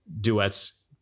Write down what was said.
duets